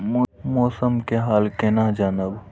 मौसम के हाल केना जानब?